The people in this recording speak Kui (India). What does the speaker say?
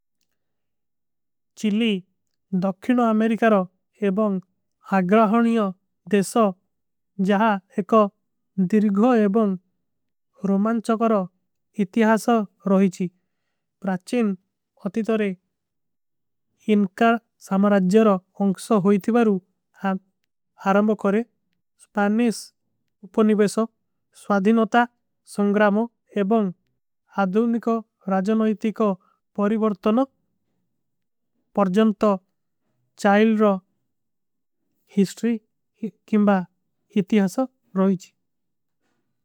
ଚିଲୀ ଦକ୍ଷିନୋ ଅମେରିକାରୋ ଏବଂଗ ଆଗ୍ରାହଣିଯୋ ଦେଶୋ। ଜହା ଏକ ଦିର୍ଗୋ ଏବଂଗ ରୋମାନ୍ଚକରୋ ଇତିହାସୋ ରହିଚୀ। ପ୍ରାଛିନ ଅତିତରେ ଇଂକାର ସାମରାଜ୍ଜରୋ ଉଂକ୍ସୋ ହୋଈତୀ। ବାରୂ ହାରାଂବ କରେ ସ୍ଵାଧିନୋତା। ସଂଗ୍ରାମୋ ଏବଂଗ ହାଦୂନିକ ରାଜନୋଈତି କୋ ପରିଵର୍ତନ। ପରଜନତ ଚାଇଲ ରୋ ଇତିହାସୋ ରହିଚୀ।